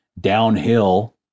downhill